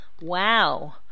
wow